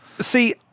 See